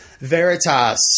Veritas